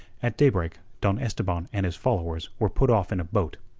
at daybreak don esteban and his followers were put off in a boat.